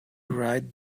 write